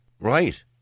right